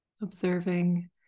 observing